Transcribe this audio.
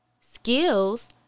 skills